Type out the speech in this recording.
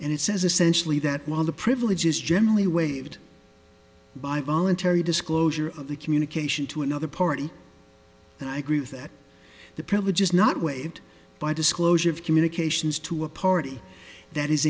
and it says essentially that while the privilege is generally waived by voluntary disclosure of the communication to another party and i agree with that the privilege is not waived by disclosure of communications to a party that is